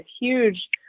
huge